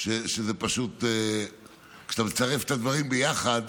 שזה פשוט, כשאתה מצרף את הדברים ביחד,